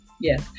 Yes